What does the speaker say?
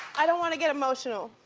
i don't wanna get emotional,